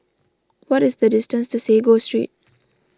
what is the distance to Sago Street